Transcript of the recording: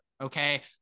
okay